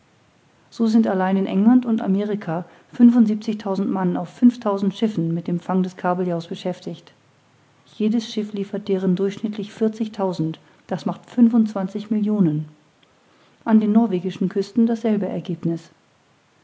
so sind allein in england und amerika fünfundsiebenzigtausend mann auf fünftausend schiffen mit dem fang des kabeljaus beschäftigt jedes schiff liefert deren durchschnittlich vierzigtausend das macht fünfundzwanzig millionen an den norwegischen küsten dasselbe ergebniß